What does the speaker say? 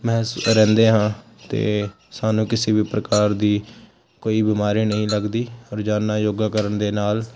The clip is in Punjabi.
ਮਹਿ ਰਹਿੰਦੇ ਹਾਂ ਅਤੇ ਸਾਨੂੰ ਕਿਸੇ ਵੀ ਪ੍ਰਕਾਰ ਦੀ ਕੋਈ ਬਿਮਾਰੀ ਨਹੀਂ ਲੱਗਦੀ ਰੋਜ਼ਾਨਾ ਯੋਗਾ ਕਰਨ ਦੇ ਨਾਲ